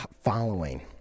following